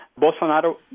Bolsonaro